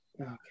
Okay